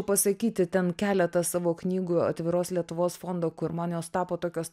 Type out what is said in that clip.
pasakyti ten keletą savo knygų atviros lietuvos fondo kur man jos tapo tokios